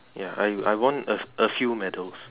ya I I won a a few medals